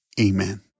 Amen